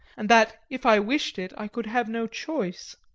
and that if i wished it i could have no choice.